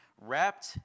wrapped